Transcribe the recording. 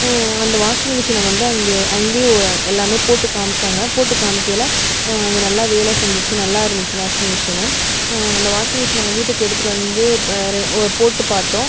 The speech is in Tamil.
அந்த வாஷிங் மிஷினை வந்து அங்கே அங்கே ஓ எல்லாமே போட்டு காமிச்சாங்க போட்டு காமிக்கையில் அங்கே நல்லா வேலை செஞ்சிச்சு நல்லா இருந்துச்சு வாஷிங் மிஷின் அந்த வாஷிங் மிஷின் நாங்கள் வீட்டுக்கு எடுத்துகிட்டு வந்து ப ரெ ஓ போட்டு பார்த்தோம்